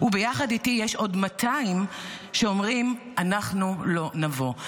וביחד איתי יש עוד 200 שאומרים: אנחנו לא נבוא.